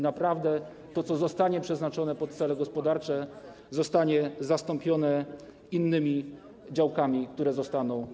Naprawdę to, co zostanie przeznaczone na cele gospodarcze, będzie zastąpione innymi działkami, które zostaną